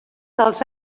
dels